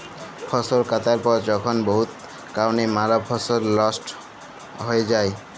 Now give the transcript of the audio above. ফসল কাটার পর যখল বহুত কারলে ম্যালা ফসল লস্ট হঁয়ে যায়